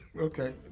Okay